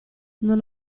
non